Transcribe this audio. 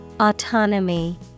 Autonomy